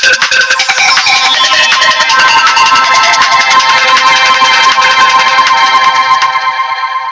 जेहन माटि होइत छै ओहने फसल ना बुनबिही